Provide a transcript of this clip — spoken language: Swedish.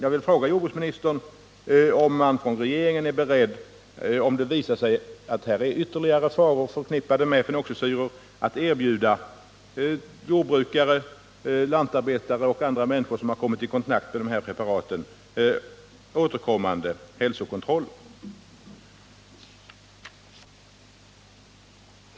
Jag vill fråga jordbruksministern om regeringen är beredd — om det visar sig att ytterligare faror är förknippade med fenoxisyror — att erbjuda jordbrukare, lantarbetare och andra människor som har kommit i kontakt med de här preparaten återkommande hälsokontroller.